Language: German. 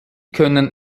können